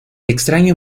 extraño